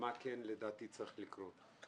ומה לדעתי כן צריך לקרות.